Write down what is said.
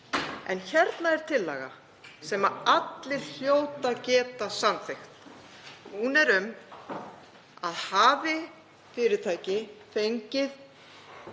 En hérna er tillaga sem allir hljóta að geta samþykkt. Hún er um að hafi fyrirtæki fengið